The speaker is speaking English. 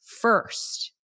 first